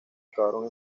acabaron